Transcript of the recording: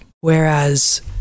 Whereas